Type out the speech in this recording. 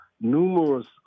numerous